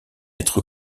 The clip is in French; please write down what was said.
être